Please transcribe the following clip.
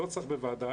לא צריך ועדה,